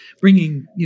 bringing